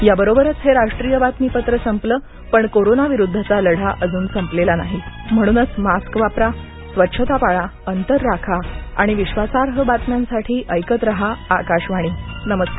याबरोबरच हे राष्ट्रीय बातमीपत्र संपल पण कोरोना विरुद्धचा लढा अजून संपलेला नाही म्हणूनच मास्क वापरा स्वच्छता पाळा अंतर राखा आणि विश्वासार्ह बातम्यांसाठी ऐकत रहा आकाशवाणी नमर्कार